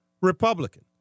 Republican